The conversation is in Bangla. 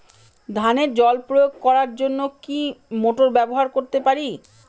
ধানে জল প্রয়োগ করার জন্য কি মোটর ব্যবহার করতে পারি?